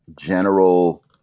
general